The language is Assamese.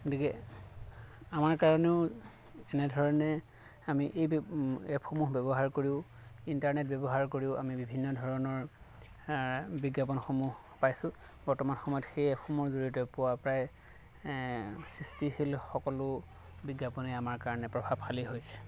গতিকে আমাৰ কাৰণেও এনেধৰণে আমি এই এপসমূহ ব্যৱহাৰ কৰিও ইণ্টাৰনেট ব্যৱহাৰ কৰিও আমি বিভিন্নধৰণৰ বিজ্ঞাপনসমূহ পাইছোঁ বৰ্তমান সময়ত সেই এপসমূহৰ জৰিয়তে পোৱা প্ৰায় সৃষ্টিশীল সকলো বিজ্ঞাপনেই আমাৰ কাৰণে প্ৰভাৱশালী হৈছে